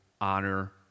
Honor